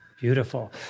Beautiful